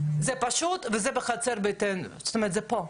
וזה בחצר ביתנו, זאת אומרת זה פה.